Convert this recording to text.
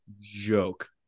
Joke